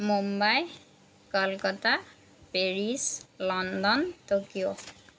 Mumbai Kolkata Paris London Tokyo